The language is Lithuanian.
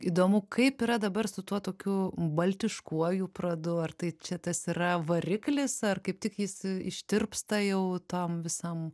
įdomu kaip yra dabar su tuo tokiu baltiškuoju pradu ar tai čia tas yra variklis ar kaip tik jis ištirpsta jau tam visam